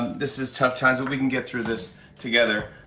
this is tough times. but we can get through this together.